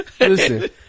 Listen